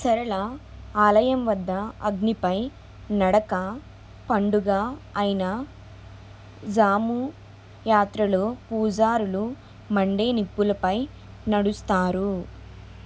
సరళ ఆలయం వద్ద అగ్నిపై నడక పండగ అయిన ఝాము యాత్రలో పూజారులు మండే నిప్పులపై నడుస్తారు